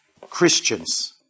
Christians